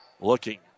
Looking